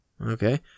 Okay